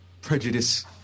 prejudice